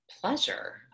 pleasure